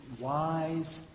wise